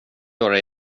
göra